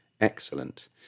excellent